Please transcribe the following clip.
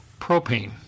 propane